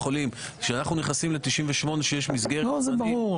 אם זה ברור,